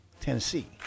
Tennessee